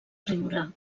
riure